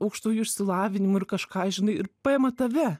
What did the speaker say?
aukštųjų išsilavinimų ir kažką žinai ir paima tave